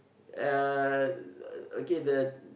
uh okay the